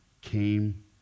came